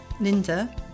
linda